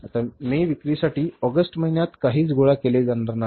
आता मे विक्रीसाठी ऑगस्ट महिन्यात काहीच गोळा केले जाणार नाही